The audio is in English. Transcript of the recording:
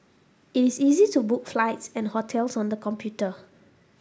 it is easy to book flights and hotels on the computer